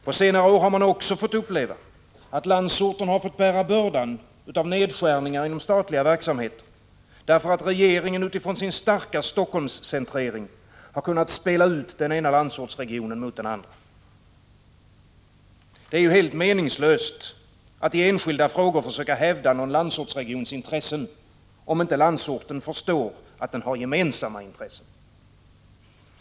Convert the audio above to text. På senare år har man också fått uppleva att landsorten fått bära bördan av nedskärningar inom statliga verksamheter därför att regeringen utifrån sin starka Helsingforsscentrering har kunnat spela ut den ena landsortsregionen mot den andra. Det är ju helt meningslöst att i enskilda frågor försöka hävda någon landsortsregions intressen, om inte landsorten förstår att den har gemensamma intressen.